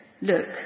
Look